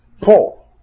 Paul